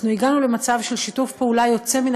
אנחנו הגענו למצב של שיתוף פעולה יוצא מן